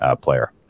player